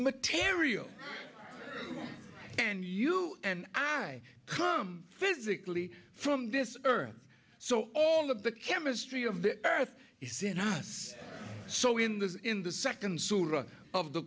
material and you and i come physically from this earth so all of the chemistry of the earth is in us so in this in the second sura of the